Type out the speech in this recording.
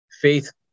faith